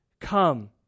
come